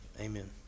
Amen